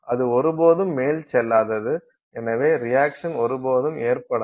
அது ஒருபோதும் மேல் செல்லதாது எனவே ரியாக்சன் ஒருபோதும் ஏற்படாது